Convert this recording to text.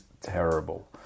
terrible